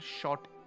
shot